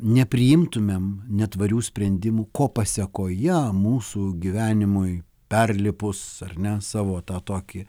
nepriimtumėm netvarių sprendimų ko pasekoje mūsų gyvenimui perlipus ar ne savo tą tokį